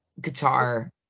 guitar